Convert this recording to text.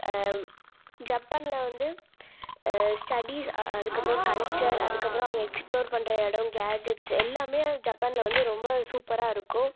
ஜப்பானில் வந்து ஸ்டடீஸ் அ அதுக்கப்புறம் கல்ச்சர் அதுக்கப்புறம் அவங்க எக்ஸ்ப்ளோர் பண்ணுற இடம் கேட்ஜெஸ்ட் எல்லாமே ஜப்பானில் வந்து ரொம்ப சூப்பராக இருக்கும்